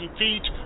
feet